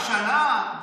אה, הישנה.